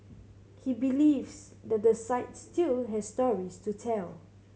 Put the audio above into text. he believes that the site still has stories to tell